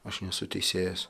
aš nesu teisėjas